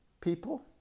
people